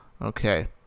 Okay